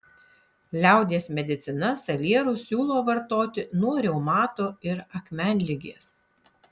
liaudies medicina salierus siūlo vartoti nuo reumato ir akmenligės